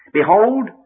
Behold